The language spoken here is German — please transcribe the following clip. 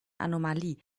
anomalie